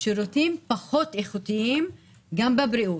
שירותים פחות איכותיים גם בבריאות,